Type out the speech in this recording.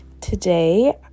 today